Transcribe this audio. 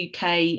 UK